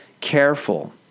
careful